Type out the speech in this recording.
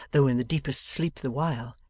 though in the deepest sleep the while.